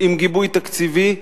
עם גיבוי תקציבי,